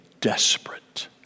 desperate